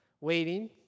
waiting